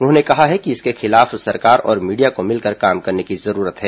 उन्होंने कहा है कि इसके खिलाफ सरकार और मीडिया को मिलकर काम करने की जरूरत है